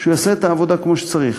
שהוא יעשה את העבודה כמו שצריך.